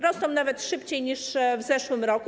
Rosną nawet szybciej niż w zeszłym roku.